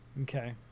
Okay